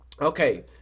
okay